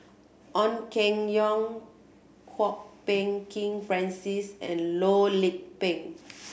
Ong Keng Yong Kwok Peng Kin Francis and Loh Lik Peng